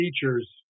features –